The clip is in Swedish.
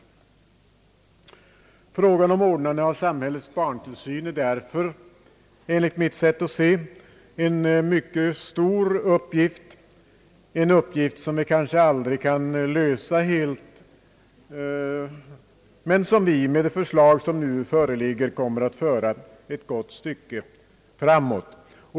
Frågan om ordnandet av samhällets barntillsyn är därför enligt mitt sätt att se en mycket stor uppgift — en uppgift som vi kanske aldrig helt kan lösa men som vi kanske med det förslag som nu föreligger kommer att föra ett gott stycke framåt.